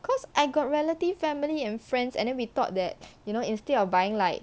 cause I got relative family and friends and then we thought that you know instead of buying like